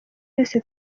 yose